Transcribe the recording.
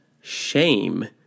shame